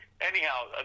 Anyhow